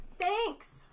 Thanks